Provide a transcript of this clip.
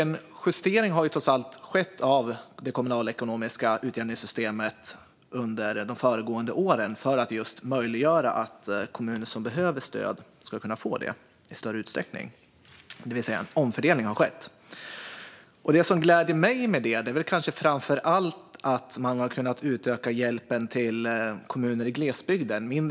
En justering har trots allt skett av det kommunalekonomiska utjämningssystemet under de föregående åren, för att just möjliggöra att kommuner som behöver stöd i större utsträckning får stöd. Det har alltså skett en omfördelning. Det som gläder mig är framför allt att hjälpen till mindre kommuner i glesbygden har utökats.